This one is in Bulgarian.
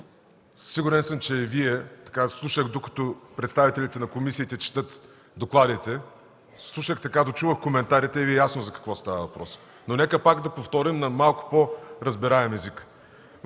Сигурен съм, че и Вие – слушах, докато представителите на комисиите четат докладите, дочувах коментарите и Ви е ясно за какво става въпрос. Нека пак да повторим на малко по-разбираем език.